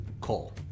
Cole